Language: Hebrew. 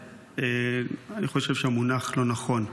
אני חושב שהמונח לא נכון.